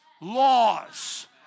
laws